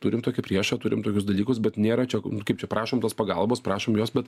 turim tokį priešą turim tokius dalykus bet nėra čia kaip čia prašom tos pagalbos prašom jos bet